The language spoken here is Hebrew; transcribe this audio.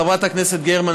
חברת הכנסת גרמן,